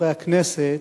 חברי הכנסת,